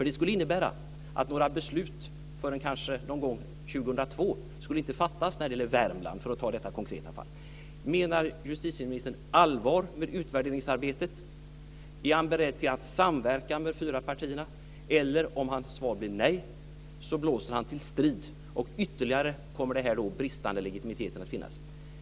Det skulle innebära att några beslut när det gäller Värmland - för att ta detta konkreta fall - inte skulle fattas förrän kanske 2002. Menar justitieministern allvar med utvärderingsarbetet? Är han beredd att samverka med de fyra partierna? Om hans svar blir nej blåser han till strid, och en bristande legitimitet kommer ytterligare att finnas.